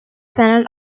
channel